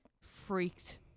freaked